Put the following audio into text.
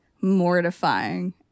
mortifying